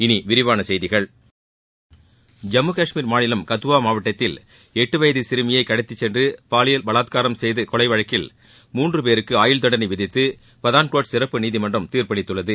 இனி விரிவான செய்திகள் ஐம்மு கஷ்மீர் மாநிலம் கத்துவா மாவட்டத்தில் எட்டு வயது சிறமியை கடத்திச் சென்று பாலியல் பலாத்காரம் செய்து கொலை செய்த வழக்கில் மூன்று பேருக்கு ஆயுள் தண்டனை விதித்து பதான்கோட் சிறப்பு நீதிமன்றம் தீர்ப்பளித்துள்ளது